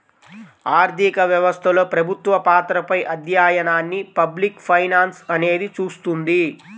ఆర్థిక వ్యవస్థలో ప్రభుత్వ పాత్రపై అధ్యయనాన్ని పబ్లిక్ ఫైనాన్స్ అనేది చూస్తుంది